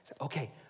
okay